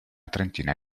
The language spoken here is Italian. trentina